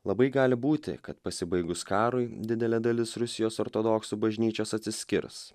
labai gali būti kad pasibaigus karui didelė dalis rusijos ortodoksų bažnyčios atsiskirs